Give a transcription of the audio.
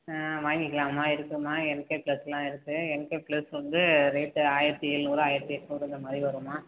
ஆ வாங்கிக்கலாமா இருக்குதுமா N K பிளஸ்லாம் இருக்குது என் கே ப்ளஸ் வந்து ரேட்டு ஆயிரத்தி ஏழ்நூறு ஆயிரத்தி எட்நூறு இந்த மாதிரி வரும்மா